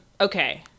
okay